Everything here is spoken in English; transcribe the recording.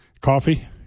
Coffee